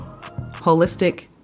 holistic